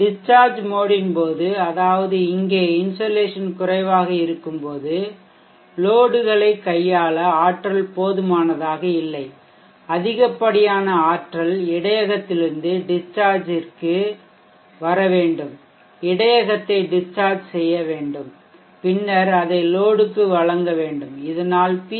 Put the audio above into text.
discharge மோடின் போது அதாவது இங்கே இன்சோலேஷன் குறைவாக இருக்கும்போது லோடுகளைக் கையாள ஆற்றல் போதுமானதாக இல்லை அதிகப்படியான ஆற்றல் இடையகத்திலிருந்து டிஷ்சார்ஜ் ஆக வேண்டும் இடையகத்தை டிஷ்சார்ஜ் செய்யவேண்டும் பின்னர் அதை லோடுக்கு வழங்க வேண்டும் இதனால் பி